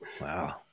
Wow